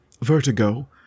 vertigo